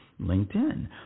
LinkedIn